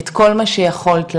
את כל מה שיכולת לך,